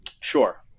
Sure